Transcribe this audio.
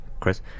Chris